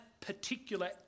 particular